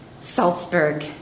Salzburg